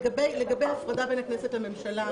לגבי ההפרדה בין הכנסת לממשלה,